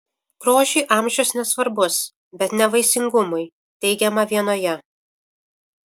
grožiui amžius nesvarbus bet ne vaisingumui teigiama vienoje